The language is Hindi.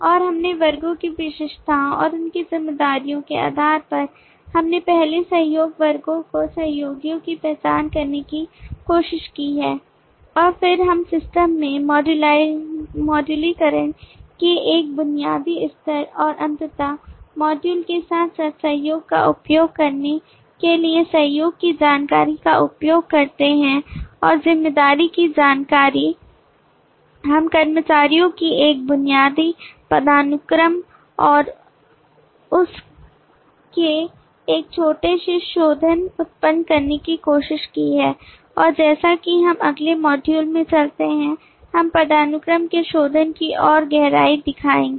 और इसमें वर्गों की विशेषताओं और उनकी जिम्मेदारियों के आधार पर हमने पहले सहयोगी वर्गों को सहयोगियों की पहचान करने की कोशिश की है और फिर हम सिस्टम में मॉड्यूलरीकरण के एक बुनियादी स्तर और अंततः मॉड्यूल के साथ साथ सहयोग का उपयोग करने के लिए सहयोग की जानकारी का उपयोग करते हैं और जिम्मेदारी की जानकारी हम कर्मचारियों की एक बुनियादी पदानुक्रम और उस के एक छोटे से शोधन उत्पन्न करने की कोशिश की है और जैसा कि हम अगले मॉड्यूल में चलते हैं हम पदानुक्रम के शोधन की और गहराई दिखाएंगे